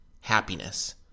happiness